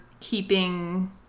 keeping